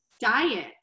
Diet